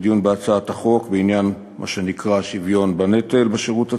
לדיון בהצעת החוק בעניין השוויון בנטל בשירות הצבאי,